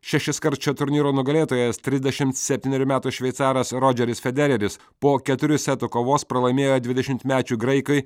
šešiskart šio turnyro nugalėtojas trisdešimt septynerių metų šveicaras rodžeris federeris po keturių setų kovos pralaimėjo dvidešimtmečiui graikui